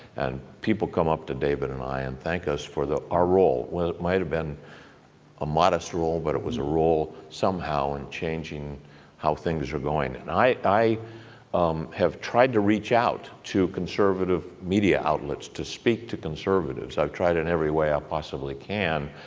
and people come up to david and i and thank us for our role. it might have been a modest role, but it was a role somehow in changing how things are going and i i um have tried to reach out to conservative media outlets to speak to conservatives, i have tried in every way i possibly can.